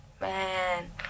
Man